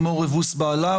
חמור אבוס בעליו".